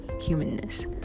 humanness